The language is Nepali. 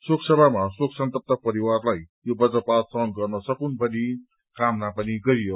शोकसभामा शोक सन्तप्त परिवारलाई यो बजपात सहन गर्न सकोस भन्ने कामना पनि गरियो